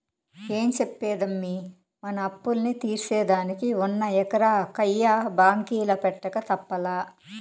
ఏం చెప్పేదమ్మీ, మన అప్పుల్ని తీర్సేదానికి ఉన్న ఎకరా కయ్య బాంకీల పెట్టక తప్పలా